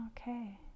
okay